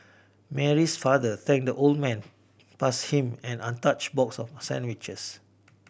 Mary's father thanked the old man passed him an untouched box of sandwiches